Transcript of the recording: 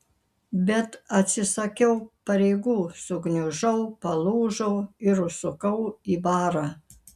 bet atsisakiau pareigų sugniužau palūžau ir užsukau į barą